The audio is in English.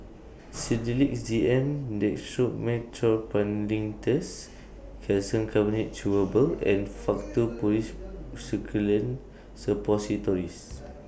Sedilix Z M Dextromethorphan Linctus Calcium Carbonate Chewable and Faktu Policresulen Suppositories